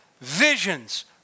visions